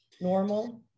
normal